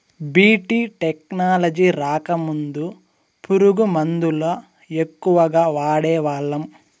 BT technology రాకముందు పురుగు మందుల ఎక్కువగా వాడేవాళ్ళం